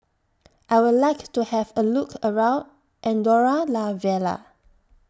I Would like to Have A Look around Andorra La Vella